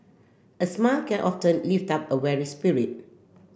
a smile can often lift up a weary spirit